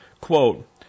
Quote